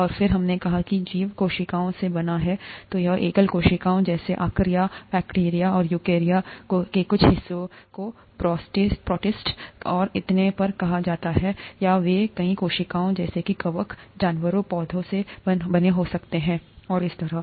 और फिर हमने कहा कि जीवन कोशिकाओं से बना है या तो एकल कोशिका जैसे कि आर्किया बैक्टीरिया और यूकेर्या के कुछ हिस्से को प्रोटिस्ट और इतने पर कहा जाता हैया वे कई कोशिकाओं जैसे कि कवक जानवरों पौधों से बने हो सकते हैं और इसी तरह